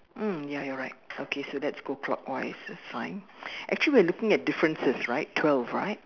mm ya you're right okay so let's go clockwise that's fine actually we're looking at differences right twelve right